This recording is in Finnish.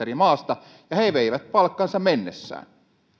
eri maasta ja he veivät palkkansa mennessään